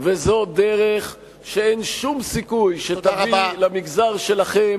ושזו דרך שאין שום סיכוי שתביא למגזר שלכם